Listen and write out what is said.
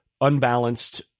unbalanced